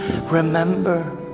remember